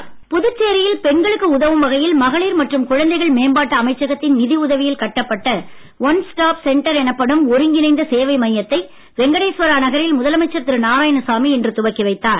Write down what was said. பெண்கள் பாதுகாப்பு மையம் புதுச்சேரியில் பெண்களுக்கு உதவும் வகையில் மகளிர் மற்றம் குழந்தைகள் மேம்பாட்டு அமைச்சகத்தின் நிதி உதவியில் கட்டப்பட்ட ஒன்ஸ் ஸ்டாப் சென்டர் எனப்படும் ஒருங்கினைந்த சேவை மையத்தை வெங்கடேஸ்வரா நகரில் முதலமைச்சர் திரு நாராயணசாமி இன்று துவக்கி வைத்தார்